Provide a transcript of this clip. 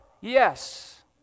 Yes